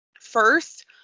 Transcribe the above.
First